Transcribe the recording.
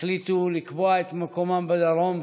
החליטו לקבוע את מקומם בדרום.